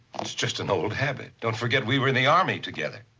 it's just an old habit. don't forget, we were in the army together.